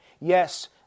Yes